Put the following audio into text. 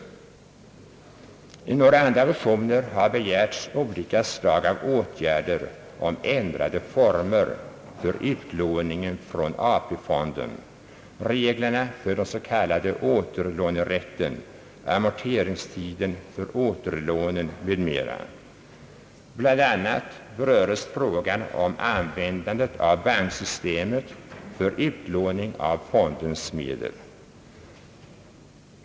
I några andra motioner har begärts olika slag av åtgärder för att få till stånd ändrade former för utlåningen från AP-fonden, reglerna för den s.k. återlånerätten, amorteringstider = för återlånen m.m. Bl. a. berörs frågan om användandet av banksystemet för utlåning av fondens medel.